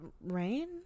Rain